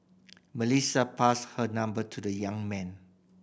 Melissa passed her number to the young man